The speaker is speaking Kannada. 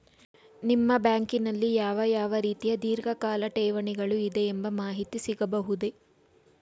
ನಿಮ್ಮ ಬ್ಯಾಂಕಿನಲ್ಲಿ ಯಾವ ಯಾವ ರೀತಿಯ ಧೀರ್ಘಕಾಲ ಠೇವಣಿಗಳು ಇದೆ ಎಂಬ ಮಾಹಿತಿ ಸಿಗಬಹುದೇ?